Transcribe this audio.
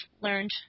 learned